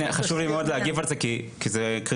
חשוב לי מאוד להגיב על זה כי זה קריטי.